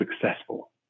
successful